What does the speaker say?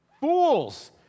Fools